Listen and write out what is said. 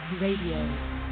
Radio